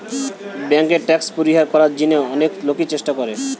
বেঙ্কে ট্যাক্স পরিহার করার জিনে অনেক লোকই চেষ্টা করে